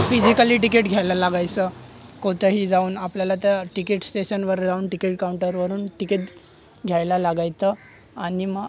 physically ticket घ्यायला लागायचं कुथेही जाऊन आपल्याला त्या तिकीट स्टेशनवर जाऊन तिकीट काउंटरवरून तिकीट घ्यायला लागायचं आणि म